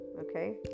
Okay